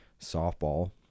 softball